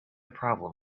problem